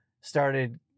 started